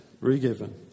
re-given